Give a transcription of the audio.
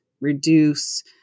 reduce